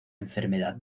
enfermedad